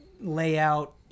layout